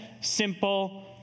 simple